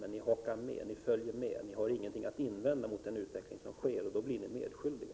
Men ni hakar på, ni följer med, ni har inget att invända mot en utveckling som sker. Ni blir då medskyldiga.